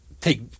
take